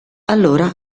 allora